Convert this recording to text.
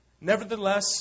Nevertheless